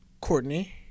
Courtney